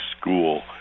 School